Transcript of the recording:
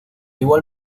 igual